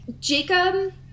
Jacob